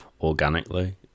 organically